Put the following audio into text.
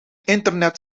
internet